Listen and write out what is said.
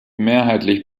mehrheitlich